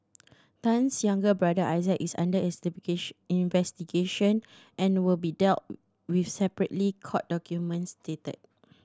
Tan's younger brother Isaac is under investigation and will be dealt with separately court documents state